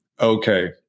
okay